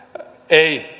ei